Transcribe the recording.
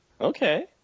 Okay